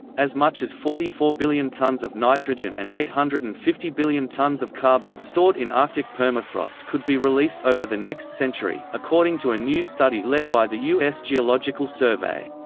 as much as forty four billion tons of nitrogen and eight hundred and fifty billion tons of carbon stored in arctic permafrost could be released over the next century, according to a new study led by the u s. geological survey.